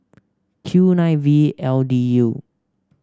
Q nine V L D U